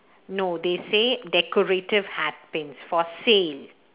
no they say decorative hat pins for sale